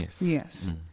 Yes